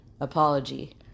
apology